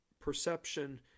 perception